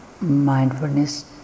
mindfulness